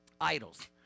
idols